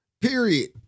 Period